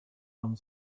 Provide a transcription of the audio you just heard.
dem